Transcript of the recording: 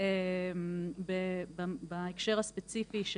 בהקשר הספציפי,